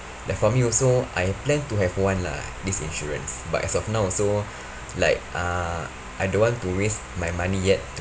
like for me also I plan to have one lah this insurance but as of now also like uh I don't want to risk my money yet to